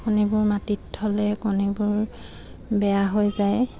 কণীবোৰ মাটিত থ'লে কণীবোৰ বেয়া হৈ যায়